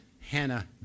Hannah